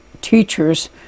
teachers